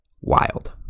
wild